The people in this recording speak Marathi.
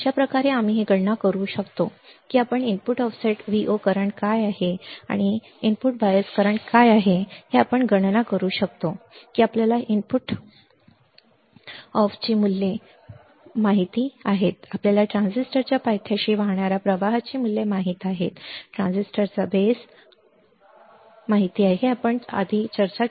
अशाप्रकारे आम्ही हे गणना करू शकतो की आपण इनपुट ऑफसेट Vo करंट काय आहे आणि इनपुट बायस करंट काय आहे हे आपण गणना करू शकता की आपल्याला इनपुट ऑफची मूल्ये माहित आहेत आपल्याला ट्रान्झिस्टरच्या पायथ्याशी वाहणाऱ्या प्रवाहाची मूल्ये माहित आहेत ट्रान्झिस्टरचा आधार ठीक आहे हे आपण चर्चा केलेले एक उदाहरण आहे